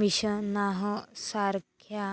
Mishnah सारख्या